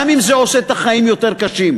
גם אם זה עושה את החיים יותר קשים,